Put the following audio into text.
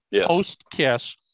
post-Kiss